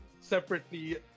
separately